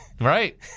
Right